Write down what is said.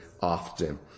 often